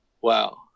wow